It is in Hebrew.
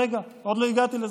רגע, עוד לא הגעתי לזה.